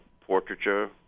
portraiture